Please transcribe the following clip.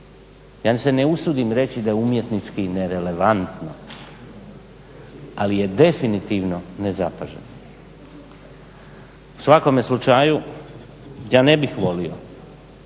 Ja se ne usudim reći da je umjetnički nerelevantno, ali je definitivno nezapaženo. U svakome slučaju ja ne bih volio